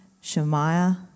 Shemaiah